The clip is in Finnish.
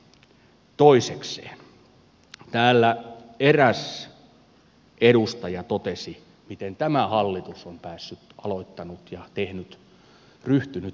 toisekseen täällä eräs edustaja totesi miten tämä hallitus on päässyt aloittanut ja tehnyt ryhtynyt tuumasta toimeen